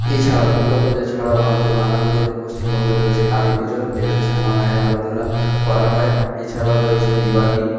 এছাড়াও দুর্গাপুজো ছাড়াও আমাদের বাঙালিদের পশ্চিমবঙ্গে রয়েছে কালীপুজো যেখানে শ্যামা মায়ের আরাধনা করা হয় এছাড়াও রয়েছে দেওয়ালি